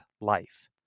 Life